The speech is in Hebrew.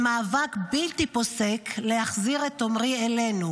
במאבק בלתי פוסק להחזיר את עמרי אלינו.